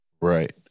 right